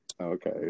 Okay